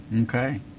Okay